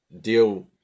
deal